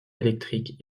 électrique